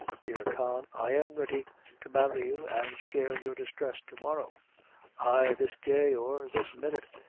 dear con, i am ready to marry you, an' share your distress tomorrow ay, this day, or this minute,